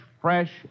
fresh